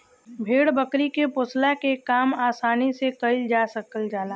भेड़ बकरी के पोसला के काम आसानी से कईल जा सकल जाला